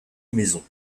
maisons